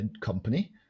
company